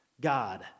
God